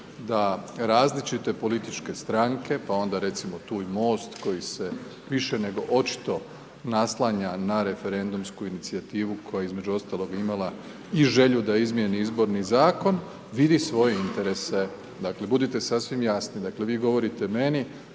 da različite političke stranke, pa onda recimo tu i MOST koji se više nego očito naslanja na referendumsku inicijativu koja između ostalog je imala i želju da izmijeni izborni zakon, vidi svoje interese. Dakle, budite sasvim jasni, dakle, vi govorite meni